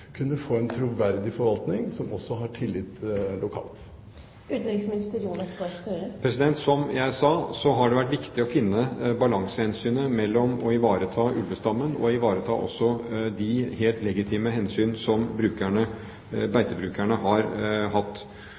kunne få en troverdig forvaltning som også har tillit lokalt. Som jeg sa, så har det vært viktig å finne balansen mellom det å ivareta ulvestammen og det å ivareta de helt legitime hensyn til beitebrukerne. Jeg kan ikke si annet enn at på vegne av Regjeringen har